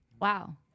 Wow